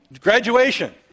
Graduation